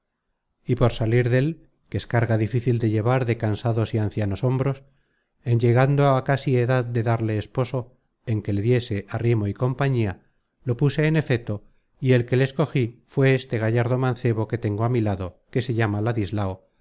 y por salir dél que es carga difícil de llevar de cansados y ancianos hombros en llegando á casi edad de darle esposo en que le diese arrimo y compañía lo puse en efeto y el que le escogí fué este gallardo mancebo que tengo á mi lado que se llama